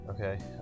Okay